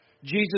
Jesus